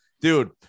Dude